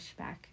pushback